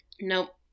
Nope